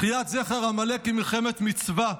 מחיית זכר עמלק היא מלחמת מצווה,